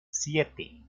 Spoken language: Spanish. siete